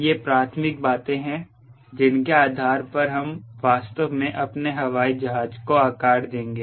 ये प्राथमिक बातें हैं जिनके आधार पर हम वास्तव में अपने हवाई जहाज को आकार देंगे